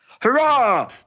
Hurrah